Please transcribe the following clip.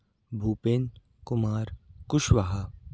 Bhupen Kumar Kushwaha